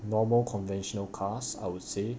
normal conventional cars I would say